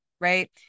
right